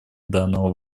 данного